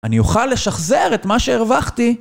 אני אוכל לשחזר את מה שהרווחתי?